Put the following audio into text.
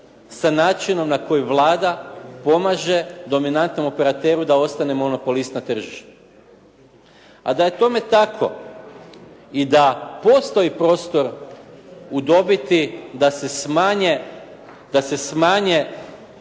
sa načinom na koji Vlada pomaže dominantnom operateru da ostane monopolist na tržištu. A da je tome tako i da postoji prosto u dobiti da se smanje,